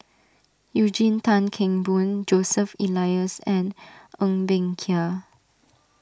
Eugene Tan Kheng Boon Joseph Elias and Ng Bee Kia